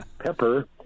pepper